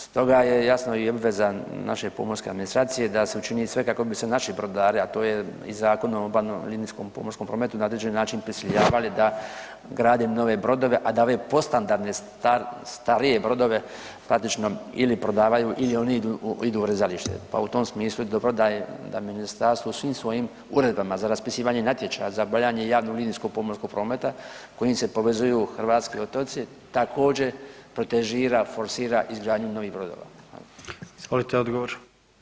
Stoga je jasno i obveza naše pomorske administracije da se učini sve kako bi se naši brodari, a to je Zakonom o obalnom linijskom pomorskom prometu na određen način prisiljavali da grade nove brodove, a da ove podstandardne starije brodove praktično ili prodavaju ili oni idu u rezalište, pa u tom smislu je dobro da je da ministarstvo svim svojim uredbama za raspisivanje natječaja, za obavljanje javnog linijskog pomorskog prometa kojim se povezuju hrvatski otoci također protežira, forsira izgradnju novih brodova.